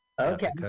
Okay